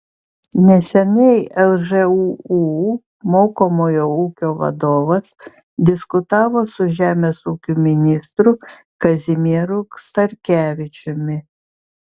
neseniai lžūu mokomojo ūkio vadovas diskutavo su žemės ūkio ministru kazimieru starkevičiumi